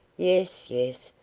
yes, yes,